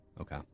Okay